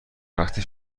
وقتی